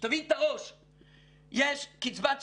יש קצבת שארים.